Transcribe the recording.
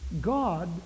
God